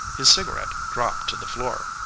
his cigarette dropped to the floor.